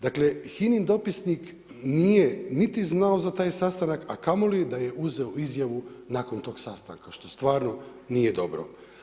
Dakle, HINA-in dopisnik nije niti znao za taj sastanak, a kamoli da je uzeo izjavu nakon tog sastanka, što stvarno nije dobro.